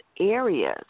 areas